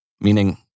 meaning